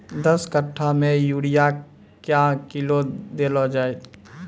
दस कट्ठा मे यूरिया क्या किलो देलो जाय?